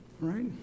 right